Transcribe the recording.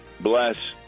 bless